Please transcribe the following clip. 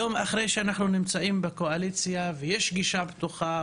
היום אחרי שאנחנו נמצאים בקואליציה ויש גישה פתוחה,